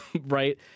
right